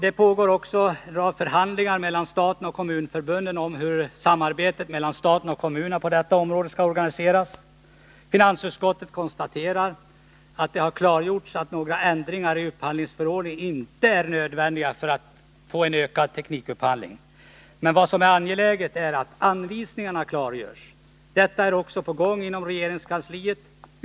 Det pågår också förhandlingar mellan staten och kommunförbunden om hur samarbetet mellan staten och kommunerna på detta område skall organiseras. Finansutskottet konstaterar att det har klargjorts att några ändringar i upphandlingsförordningen inte är nödvändiga för en ökad teknikupphandling. Men vad som är angeläget är att anvisningarna klargörs. Detta är också på gång inom regeringskansliet.